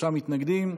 שלושה מתנגדים.